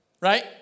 right